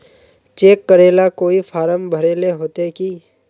Cheque करेला कोई form भरेले होते की?